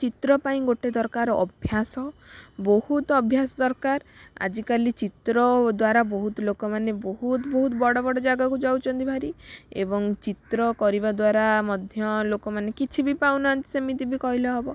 ଚିତ୍ର ପାଇଁ ଗୋଟେ ଦରକାର ଅଭ୍ୟାସ ବହୁତ ଅଭ୍ୟାସ ଦରକାର ଆଜିକାଲି ଚିତ୍ର ଦ୍ୱାରା ବହୁତ ଲୋକ ମାନେ ବହୁତ ବହୁତ ବଡ଼ ବଡ଼ ଯାଗାକୁ ଯାଉଛନ୍ତି ଭାରି ଏବଂ ଚିତ୍ର କରିବା ଦ୍ୱାରା ମଧ୍ୟ ଲୋକ ମାନେ କିଛି ବି ପାଉନାହାଁନ୍ତି ସେମିତି ବି କହିଲେ ହେବ